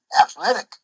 athletic